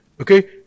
Okay